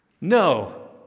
No